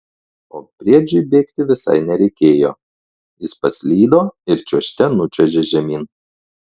o briedžiui bėgti visai nereikėjo jis paslydo ir čiuožte nučiuožė žemyn